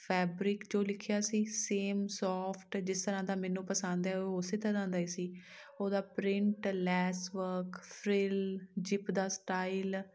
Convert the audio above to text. fabric ਜੋ ਲਿਖਿਆ ਸੀ ਸੇਮ ਸੋਫਟ ਜਿਸ ਤਰ੍ਹਾਂ ਦਾ ਮੈਨੂੰ ਪਸੰਦ ਹੈ ਉਹ ਉਸੇ ਤਰ੍ਹਾਂ ਦਾ ਹੀ ਸੀ ਉਹਦਾ print lace work frill zip ਦਾ ਸਟਾਈਲ